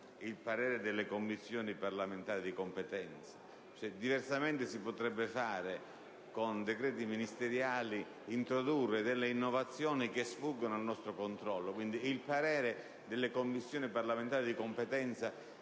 il parere delle Commissioni parlamentari di competenza.